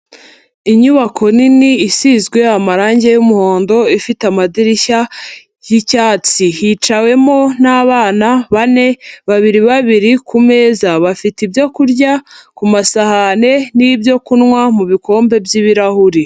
Inyubako nini isizwe amarange y'umuhondo, ifite amadirishya y'icyatsi hicawemo n'abana bane, babiri babiri ku meza bafite ibyo kurya ku masahane n'ibyo kunywa mu bikombe by'ibirahuri.